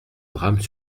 drame